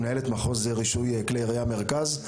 מנהלת מחוז רישוי כלי ירייה מרכז,